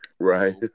Right